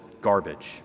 garbage